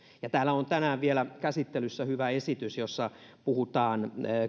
täällä on tänään vielä käsittelyssä hyvä esitys jossa puhutaan